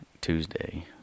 Tuesday